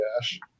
Dash